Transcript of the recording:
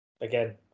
Again